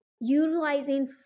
utilizing